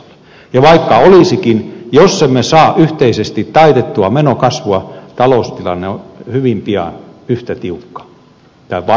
ja vaikka olisikin jos emme saa yhteisesti taitettua menokasvua taloustilanne on hyvin pian yhtä tiukka tai vaikeampi